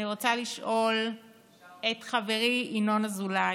אני רוצה לשאול את חברי ינון אזולאי,